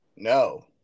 No